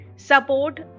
Support